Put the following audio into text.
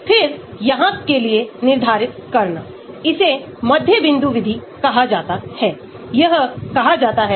तो यह आणविक भार का एक कार्य है घनत्व का कार्य जिसे मोलर रेफ्रेक्टिविटी कहा जाता है